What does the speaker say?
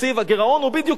הגירעון הוא בדיוק פה.